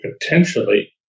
potentially